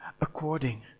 according